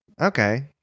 Okay